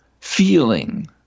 Feeling